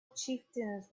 chieftains